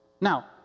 Now